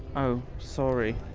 oh, sorry.